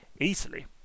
easily